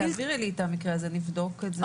תעבירי לי את המקרה הזה, נבדוק את זה.